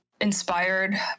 inspired